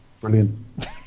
Brilliant